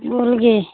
बोल गे